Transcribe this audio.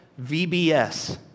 VBS